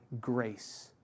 grace